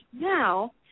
now